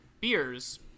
beers